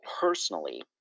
personally